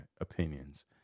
opinions